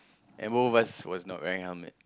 and both of us was not wearing helmet